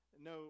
no